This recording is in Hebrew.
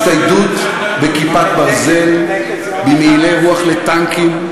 בהצטיידות ב"כיפת ברזל" ב"מעילי רוח" לטנקים,